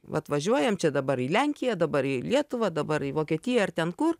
vat važiuojam čia dabar į lenkiją dabar į lietuvą dabar į vokietiją ar ten kur